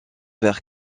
vers